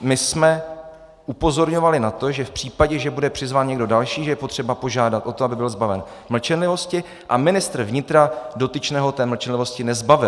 My jsme upozorňovali na to, že v případě, že bude přizván někdo další, je potřeba požádat o to, aby byl zbaven mlčenlivosti, a ministr vnitra dotyčného té mlčenlivosti nezbavil.